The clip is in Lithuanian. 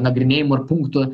nagrinėjimu ar punktu